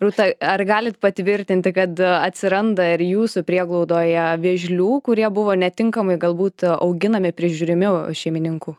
rūta ar galit patvirtinti kad atsiranda ir jūsų prieglaudoje vėžlių kurie buvo netinkamai galbūt auginami prižiūrimi šeimininkų